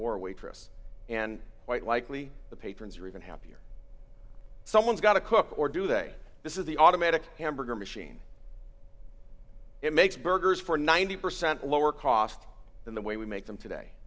or waitress and quite likely the patrons are even happier someone's got to cook or do they this is the automatic hamburger machine it makes burgers for ninety percent lower cost than the way we make them today